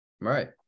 right